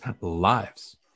lives